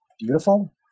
beautiful